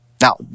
Now